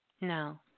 No